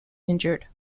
injured